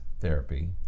therapy